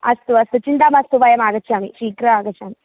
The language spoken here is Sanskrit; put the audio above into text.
अस्तु अस्तु चिन्ता मास्तु वयम् आगच्छामि शीघ्रम् आगच्छामि